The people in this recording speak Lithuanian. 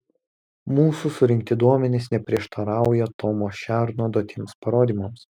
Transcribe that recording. mūsų surinkti duomenys neprieštarauja tomo šerno duotiems parodymams